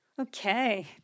okay